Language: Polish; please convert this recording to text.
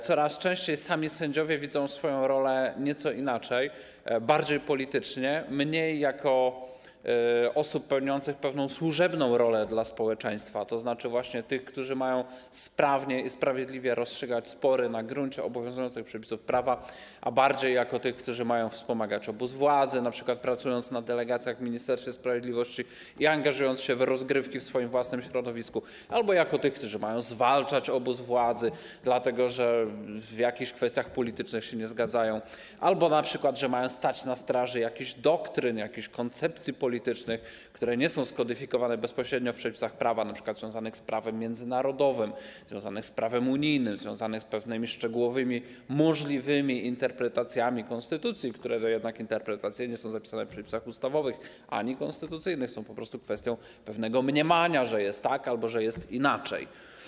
Coraz częściej sami sędziowie widzą swoją rolę nieco inaczej, bardziej politycznie, mniej jako pełniących pewną służebną funkcję wobec społeczeństwa, tzn. właśnie tych, którzy mają sprawnie i sprawiedliwie rozstrzygać spory na gruncie obowiązujących przepisów prawa, a bardziej jako tych, którzy mają wspomagać obóz władzy, np. pracując na delegacjach w Ministerstwie Sprawiedliwości i angażując się w rozgrywki w swoim własnym środowisku, albo jako tych, którzy mają zwalczać obóz władzy, dlatego że w jakichś kwestiach politycznych się nie zgadzają albo np. że mają stać na straży jakichś doktryn, jakichś koncepcji politycznych, które nie są skodyfikowane bezpośrednio w przepisach prawa, np. związanych z prawem międzynarodowym, związanych z prawem unijnym, związanych z pewnymi szczegółowymi możliwymi interpretacjami konstytucji, które jednak interpretacyjnie są zapisane w przepisach ustawowych, a nie konstytucyjnych, są po prostu kwestią pewnego mniemania, że jest tak albo że jest inaczej.